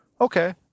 okay